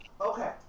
Okay